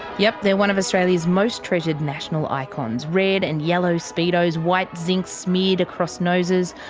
yup they're one of australia's most treasured national icons. red and yellow speedos. white zinc smeared across noses.